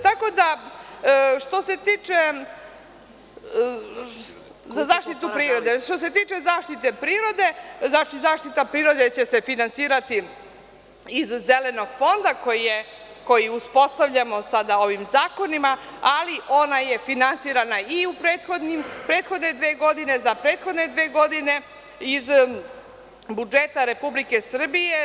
Tako da, što se tiče zaštite prirode, zaštita prirode će se finansirati iz Zelenog fonda koji uspostavljamo sada ovim zakonima, ali ona je finansirana i u prethodne dve godine, za prethodne dve godine iz budžeta Republike Srbije.